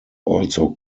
also